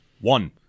one